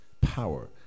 power